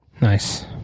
Nice